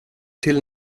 till